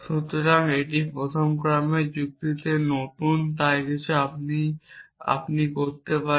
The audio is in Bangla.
সুতরাং এটি প্রথম ক্রমে যুক্তিতে নতুন কিছু যা আপনি করতে পারেন